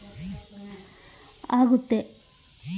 ಸಾವಯವ ಕೃಷಿ ಮಾಡೋದ್ರಿಂದ ಮಣ್ಣಿನ ಪೌಷ್ಠಿಕತೆ ಜಾಸ್ತಿ ಆಗ್ತೈತಾ?